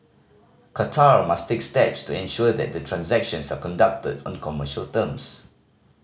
Qatar must take steps to ensure that the transactions are conducted on commercial terms